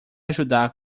ajudar